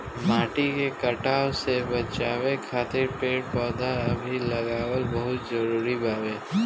माटी के कटाव से बाचावे खातिर पेड़ पौधा भी लगावल बहुत जरुरी बावे